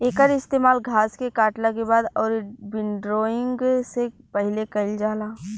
एकर इस्तेमाल घास के काटला के बाद अउरी विंड्रोइंग से पहिले कईल जाला